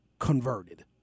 Converted